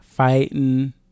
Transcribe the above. fighting